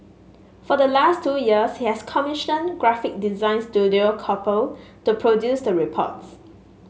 for the last two years he has commissioned graphic design Studio Couple to produce the reports